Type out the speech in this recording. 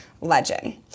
legend